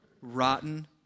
rotten